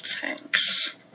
Thanks